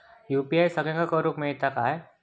UPI सगळ्यांना करुक मेलता काय?